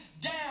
down